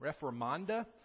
Reformanda